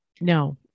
No